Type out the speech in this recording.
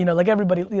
you know like everybody,